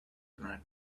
planet